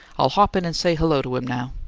i'll hop in and say hello to him now.